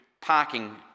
parking